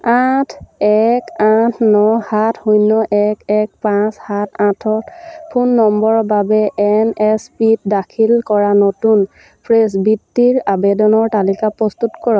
আঠ এক আঠ ন সাত শূন্য এক এক পাঁচ সাত আঠত ফোন নম্বৰৰ বাবে এন এছ পি ত দাখিল কৰা নতুন ফ্ৰেছ বৃত্তিৰ আবেদনৰ তালিকা প্ৰস্তুত কৰক